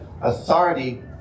Authority